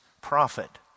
prophet